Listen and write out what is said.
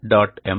m earrdB